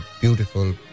beautiful